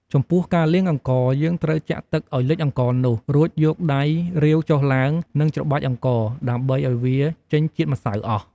ចំំពោះការលាងអង្ករ យើងត្រូវចាក់ទឹកឱ្យលិចអង្ករនោះ រួចយកដៃរាវចុះឡើង និងច្របាច់អង្ករ ដើម្បឱ្យវាចេញជាតិម្សៅអស់។